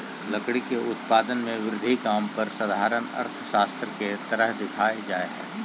लकड़ी के उत्पादन में वृद्धि काम पर साधारण अर्थशास्त्र के तरह दिखा हइ